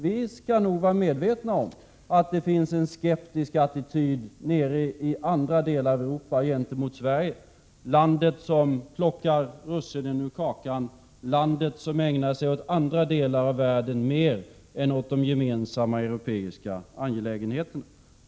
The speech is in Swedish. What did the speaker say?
Vi skall nog vara medvetna om att det finns en skeptisk attityd ute i Europa gentemot Sverige — landet som plockar russinen ur kakan, som ägnar sig åt andra delar av världen mer än åt de gemensamma europeiska angelägenheterna.